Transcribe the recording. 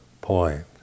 point